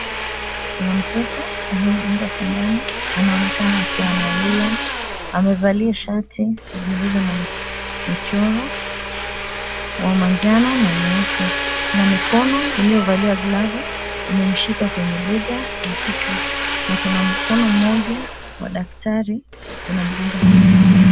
Kuna mtoto anayedungwa sindano anaonekana akiwa analia amevalia shati iliyo na michoro wa manjano na nyeusi, kuna mikono iliyovalia glavu imemshika kwenye bega na kwenye kichwa na kuna mkono mmoja wa daktari unamdunga sindano.